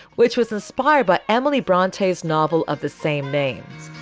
which was inspired by emily bronte's novel of the same names.